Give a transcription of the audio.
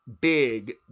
big